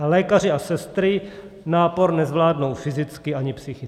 Lékaři a sestry nápor nezvládnou fyzicky ani psychicky.